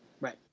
Right